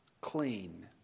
clean